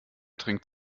trinkt